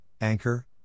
Anchor